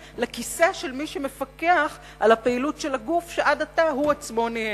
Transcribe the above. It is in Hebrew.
לכיסא של מי שמפקח על הפעילות של הגוף שעד עתה הוא עצמו ניהל.